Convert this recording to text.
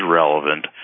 relevant